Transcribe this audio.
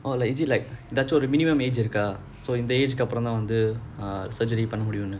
or like is it like ஒரு:oru minimum age இருக்க இந்த:irukka intha age கு மேல தான்:ku mela thaan ah surgery பண்ண முடியும்னு:panna mudiyumnu